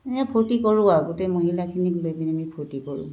এনে ফূ্তি কৰোঁ গোটেই মহিলাখিনিক আমি ফূ্তি কৰোঁ